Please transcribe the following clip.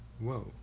Whoa